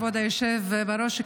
כבוד היושב-ראש,